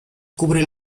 cubre